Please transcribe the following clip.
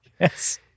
Yes